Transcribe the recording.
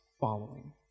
following